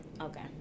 Okay